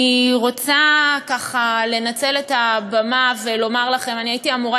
אני רוצה לנצל את הבמה ולומר לכם: אני הייתי אמורה